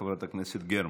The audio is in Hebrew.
חברת הכנסת גרמן.